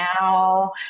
now